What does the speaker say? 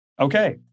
Okay